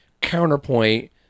counterpoint